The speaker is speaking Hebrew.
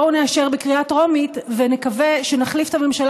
בואו נאשר בקריאה טרומית ונקווה שנחליף את הממשלה